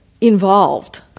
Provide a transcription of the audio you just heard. involved